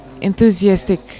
enthusiastic